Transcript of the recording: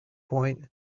point